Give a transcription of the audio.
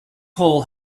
hole